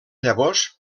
llavors